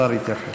השר יתייחס.